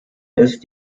ist